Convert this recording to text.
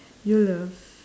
you love